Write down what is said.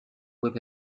with